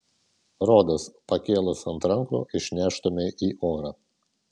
rodos pakėlus ant rankų išneštumei į orą